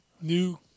New